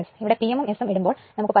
ഇവിടെ P m ഉം S ഉം ഇടുമ്പോൾ നമുക്ക് 16